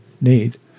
need